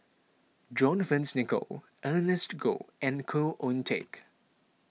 John Fearns Nicoll Ernest Goh and Khoo Oon Teik